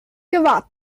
gewahrt